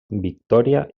victòria